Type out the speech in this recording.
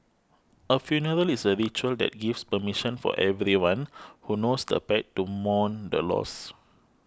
a funeral is a ritual that gives permission for everyone who knows the pet to mourn the loss